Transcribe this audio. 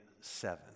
seven